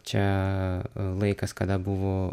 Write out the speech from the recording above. čia laikas kada buvo